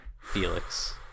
Felix